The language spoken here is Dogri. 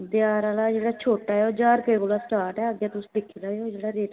देआर आह्ला जेह्ड़ा छोट्टा ऐ ओह् ज्हार रपे कोला स्टार्ट ऐ अग्गै तुस दिक्खी लैयो जेह्ड़ा रेट लैना होग